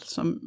Som